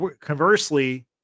Conversely